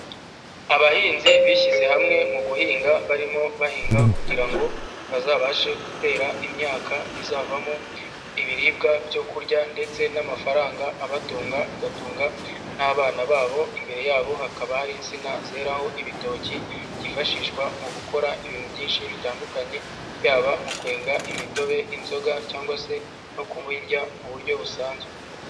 Abahinzi bishyize hamwe mu guhinga barimo bahinga kugira ngo bazabashe gutera imyaka, izavamo ibiribwa byo kurya ndetse n'amafaranga abatunga, agatunga n'abana babo, imbere yabo hakaba hari insina zeraho ibitoki byifashishwa mu gukora ibintu byinshi bitandukanye, yaba mu kwenga imitobe, inzoga cyangwa se no kubirya mu buryo busanzwe.